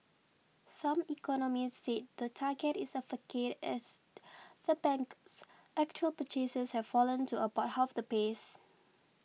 some economists said the target is a facade as the bank's actual purchases have fallen to about half that pace